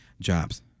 Jobs